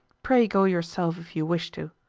pray go yourself if you wish to.